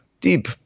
deep